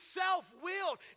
self-willed